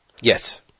Yes